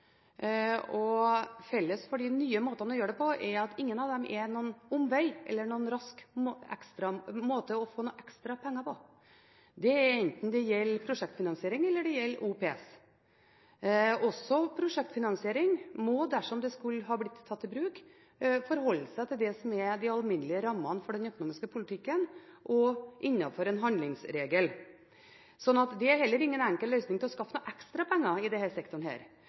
Felles for de nye måtene å gjøre det på er at ingen av dem er noen omveg eller noen rask måte å få ekstra penger på. Det er enten det gjelder prosjektfinansiering eller det gjelder OPS. Også prosjektfinansiering må, dersom det skulle bli tatt i bruk, forholde seg til det som er de alminnelige rammene for den økonomiske politikken og innenfor en handlingsregel, slik at det er heller ingen enkel løsning for å skaffe noen ekstra penger i denne sektoren. Jeg mener det